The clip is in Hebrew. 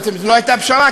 בעצם זו לא הייתה פשרה,